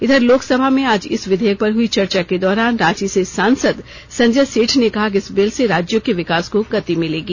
इधर लोक सभा में आज इस विधेयक पर हई चर्चा के दौरान रांची से सांसद संजय सेठ ने कहा कि इस बिल से राज्यों के विकास को गति मिलेगी